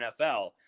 NFL